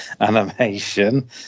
animation